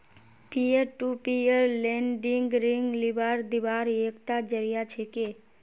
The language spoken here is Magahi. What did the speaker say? पीयर टू पीयर लेंडिंग ऋण लीबार दिबार एकता जरिया छिके